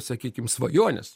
sakykim svajones